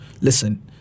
Listen